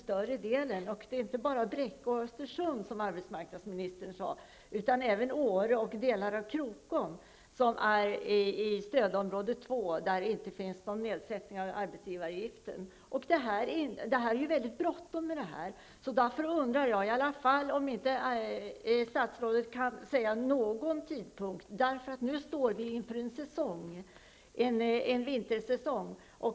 Men det är inte bara i Bräcke och Östersund, som arbetsmarknadsministern sade, utan även i Åre och delar av Krokom i stödområde 2, som det inte sker någon nedsättning av arbetsgivaravgiften. Det är väldigt bråttom, och jag undrar därför om statsrådet ändå inte kan ange någon tidpunkt. Nu står vi inför en ny vintersäsong.